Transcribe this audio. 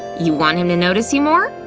you want him to notice you more?